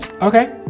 Okay